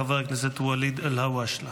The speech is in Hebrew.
חבר הכנסת ואליד אלהואשלה.